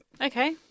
Okay